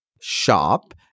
shop